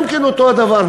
גם כן אותו הדבר.